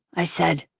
i said.